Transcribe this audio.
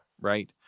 right